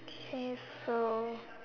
okay so